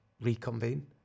reconvene